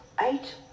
eight